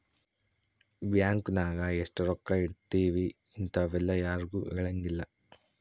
bank ನಾಗ ಎಷ್ಟ ರೊಕ್ಕ ಇಟ್ತೀವಿ ಇಂತವೆಲ್ಲ ಯಾರ್ಗು ಹೆಲಂಗಿಲ್ಲ